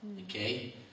Okay